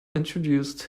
introduced